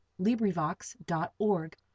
LibriVox.org